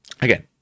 Again